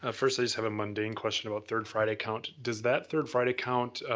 ah first, i just have a mundane question about third friday count. does that third friday count